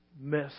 miss